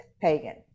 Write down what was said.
Pagan